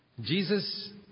Jesus